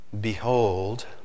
behold